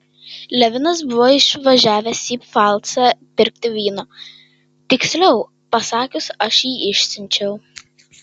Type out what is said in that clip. levinas buvo išvažiavęs į pfalcą pirkti vyno tiksliau pasakius aš jį išsiunčiau